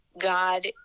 God